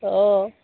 অঁ